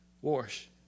wash